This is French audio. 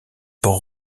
port